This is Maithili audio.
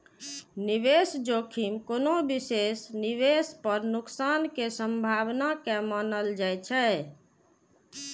निवेश जोखिम कोनो विशेष निवेश पर नुकसान के संभावना के मानल जाइ छै